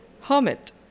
hermit